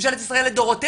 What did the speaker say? ממשלת ישראל לדורותיה,